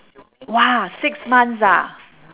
!wah! six months ah